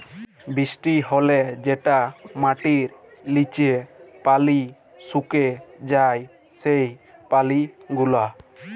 বৃষ্টি হ্যলে যেটা মাটির লিচে পালি সুকে যায় সেই পালি গুলা